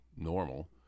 normal